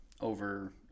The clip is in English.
over